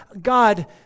God